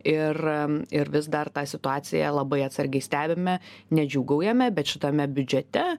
ir ir vis dar tą situaciją labai atsargiai stebime nedžiūgaujame bet šitame biudžete